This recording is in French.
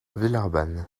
villeurbanne